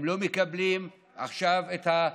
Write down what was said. הם לא מקבלים עכשיו את,